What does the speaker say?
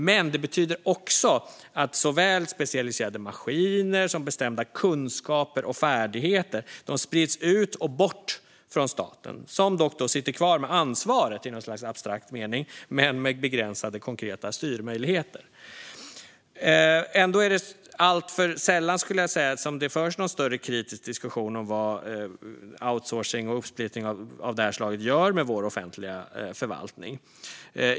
Men det betyder också att såväl specialiserade maskiner som bestämda kunskaper och färdigheter sprids ut och bort från staten, som dock sitter kvar med ansvaret i något slags abstrakt mening men med begränsade konkreta styrmöjligheter. Ändå är det alltför sällan, skulle jag vilja säga, som det förs någon större kritisk diskussion om vad outsourcing och uppsplittring av det här slaget gör med vår offentliga förvaltning.